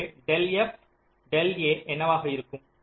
எனவே del f del a என்னவாக இருக்கும்